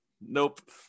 Nope